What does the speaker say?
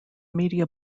media